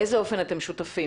באיזה אופן אתם שותפים?